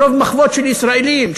מרוב מחוות של ישראלים,